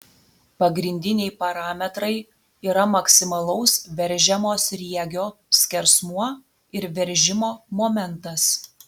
pagrindiniai parametrai yra maksimalaus veržiamo sriegio skersmuo ir veržimo momentas